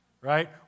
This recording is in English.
right